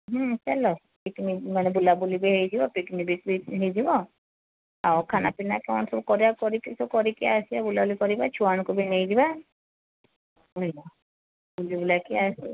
ହୁଁ ଚାଲ ପିକ୍ନିକ୍ ମାନେ ବୁଲା ବୁଲି ହୋଇଯିବ ପିକ୍ନିକ୍ ବି ହୋଇଯିବ ଆଉ ଖାନା ପିନା କ'ଣ ସବୁ କରିବାକୁ କରିକି ସବୁ କରିକି ଆସିବା ବୁଲାବୁଲି କରିବା ଏ ଛୁଆମାନଙ୍କୁ ବି ନେଇ ଯିବା ବୁଝିଲ ବୁଲାବୁଲିକି ଆସିବା